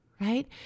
right